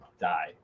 die